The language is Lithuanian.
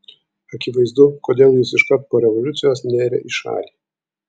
akivaizdu kodėl jis iškart po revoliucijos nėrė į šalį